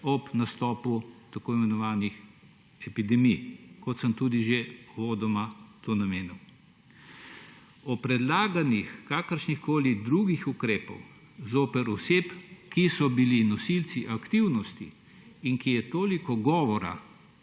ob nastopu tako imenovanih epidemij, kot sem tudi že uvodoma omenil. O predlaganih kakršnihkoli drugih ukrepih zoper osebe, ki so bile nosilci aktivnosti, o čemer je toliko govora